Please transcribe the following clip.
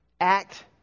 act